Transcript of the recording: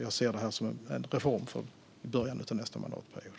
Jag ser det här som en reform för början av nästa mandatperiod.